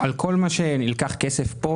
על כל כסף שנלקח כאן,